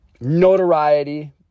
notoriety